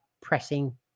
pressing